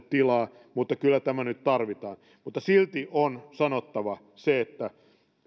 tilaa mutta kyllä tämä nyt tarvitaan silti on sanottava se että